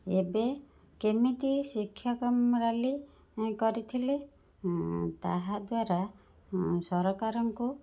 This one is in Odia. ଏବେ କେମିତି ଶିକ୍ଷକ ରାଲି କରିଥିଲେ ତାହାଦ୍ୱାରା ସରକାରଙ୍କୁ